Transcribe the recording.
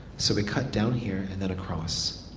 so we cut down here and then across.